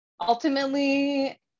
Ultimately